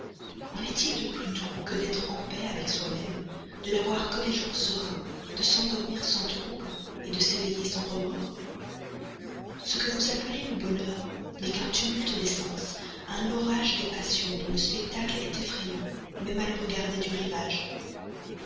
en est-il de plus doux que d'être en paix avec soi-même de n'avoir que des jours sereins de s'endormir sans trouble de s'éveiller sans remords ce que vous appelez le bonheur n'est qu'un tumulte des sens un orage des passions dont le spectacle est effrayant même à le regarder du rivage